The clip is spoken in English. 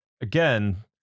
again